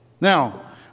Now